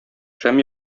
шәм